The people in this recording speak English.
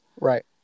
Right